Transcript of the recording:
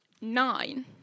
nine